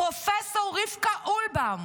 פרופ' רבקה אלבאום,